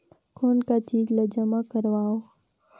कौन का चीज ला जमा करवाओ?